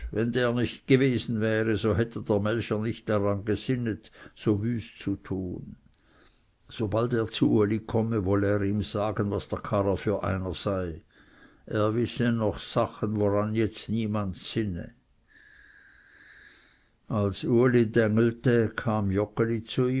wenn der nicht dagewesen wäre so hätte der melcher nicht daran gesinnet so wüst zu tun sobald er zu uli komme wolle er ihm sagen was der karrer für einer sei er wisse noch sachen woran jetzt niemand sinne als uli dängelete kam joggeli zu